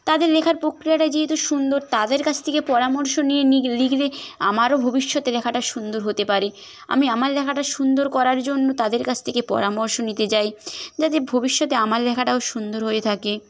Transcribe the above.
তাদের লেখার প্রক্রিয়াটা যেহেতু সুন্দর তাদের কাছ থেকে পরামর্শ নিয়ে লিখলে আমারও ভবিষ্যতে লেখাটা সুন্দর হতে পারে আমি আমার লেখাটা সুন্দর করার জন্য তাদের কাছ থেকে পরামর্শ নিতে যাই যাতে ভবিষ্যতে আমার লেখাটাও সুন্দর হয়ে থাকে